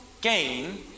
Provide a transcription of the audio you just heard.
gain